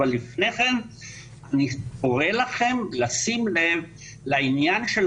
אבל לפני כן אני קורא לכם לשים לב לעניין של